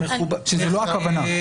שזה לא הכוונה.